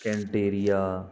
can't area